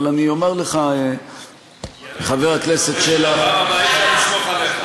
יריב, אתה אומר שבפעם הבאה אי-אפשר לסמוך עליך.